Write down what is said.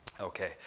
Okay